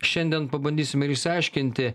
šiandien pabandysim ir išsiaiškinti